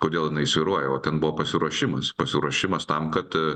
kodėl jinai svyruoja o ten buvo pasiruošimas pasiruošimas tam kad